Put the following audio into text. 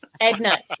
Edna